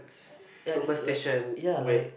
superstition with